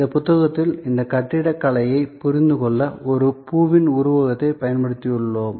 இந்த புத்தகத்தில் இந்த கட்டிடக்கலையைப் புரிந்துகொள்ள ஒரு பூவின் உருவகத்தைப் பயன்படுத்தியுள்ளோம்